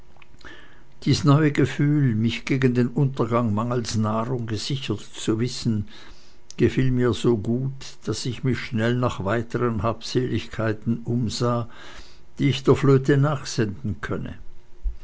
dies neue gefühl mich gegen den untergang mangels nahrung gesichert zu wissen gefiel mir so gut daß ich mich schnell nach weiteren habseligkeiten umsah die ich der flöte nachsenden könne